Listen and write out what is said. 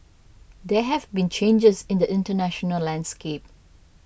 there have been changes in the international landscape